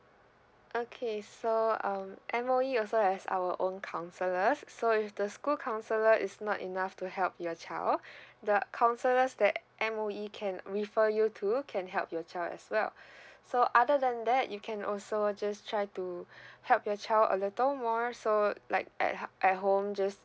okay so um M_O_E also has our own counsellors so if the school counsellor is not enough to help your child the counsellors that M_O_E can refer you to can help your child as well so other than that you can also just try to help your child a little more so like at h~ at home just